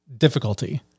difficulty